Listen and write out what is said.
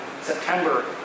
September